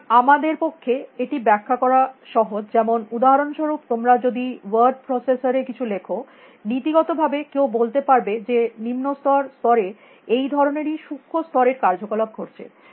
সুতরাং আমাদের পক্ষে এটি ব্যাখ্যা করা সহজ যেমন উদাহরণস্বরূপ তোমরা যদি ওয়ার্ড প্রসেসর এ কিছু লেখ নীতিগত ভাবে কেউ বলতে পারবে যে নিম্নতর স্তরে এই ধরনেরই সুক্ষ্ম স্তরের কার্যকলাপ ঘটছে